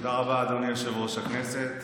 תודה רבה, אדוני יושב-ראש הישיבה.